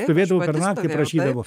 stovėdavo per naktį prašydavo